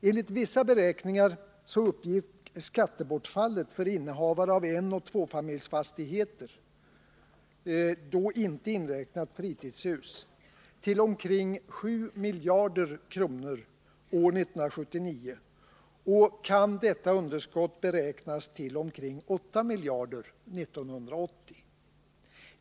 Enligt vissa beräkningar uppgick skattebortfallet för innehavare av enoch tvåfamiljsfastigheter — då inte inräknat fritidshus — till omkring 7 miljarder kronor år 1979, och detta underskott kan beräknas till omkring 8 miljarder år 1980.